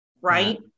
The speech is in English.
right